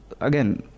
again